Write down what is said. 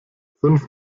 fünf